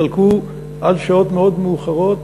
דלקו עד שעות מאוד מאוחרות,